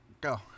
go